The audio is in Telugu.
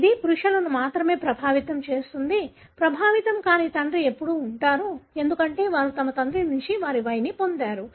ఇది పురుషులను మాత్రమే ప్రభావితం చేస్తుందిప్రభావితం కాని తండ్రి ఎప్పుడూ ఉంటారు ఎందుకంటే వారు తమ తండ్రి నుండి వారి Y ని పొందారు